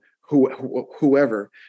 whoever